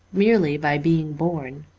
merely by being born.